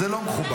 זה לא מכובד.